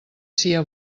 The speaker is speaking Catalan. sia